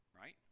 Right